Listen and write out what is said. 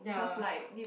ya